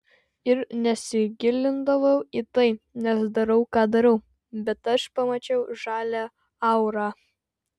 ir nesigilindavau į tai nes darau ką darau bet aš pamačiau žalią aurą